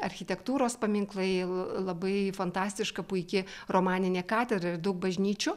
architektūros paminklai labai fantastiška puiki romaninė katedra ir daug bažnyčių